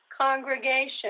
congregation